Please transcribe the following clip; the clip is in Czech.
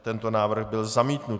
Tento návrh byl zamítnut.